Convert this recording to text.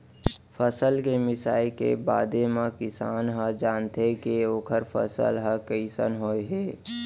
फसल के मिसाई के बादे म किसान ह जानथे के ओखर फसल ह कइसन होय हे